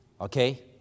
Okay